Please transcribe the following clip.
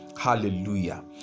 Hallelujah